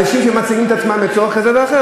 אנשים שמציגים את עצמם לצורך כזה ואחר.